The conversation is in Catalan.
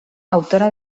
autora